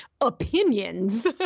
opinions